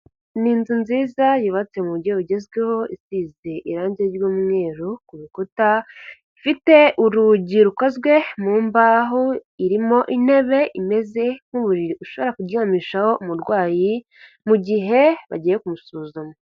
Ni inzu nziza yubatse mu buryo bugezweho isize irangi ry'umweru ku rukuta, ifite urugi rukozwe mu mbaho, irimo intebe imeze nk'uburiri, ushobora kuryamishaho umurwayi mu gihe bagiye kumusuzuma.